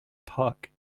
puck